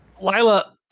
Lila